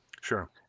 Sure